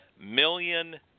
million